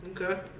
Okay